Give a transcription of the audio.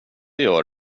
gör